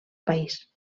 país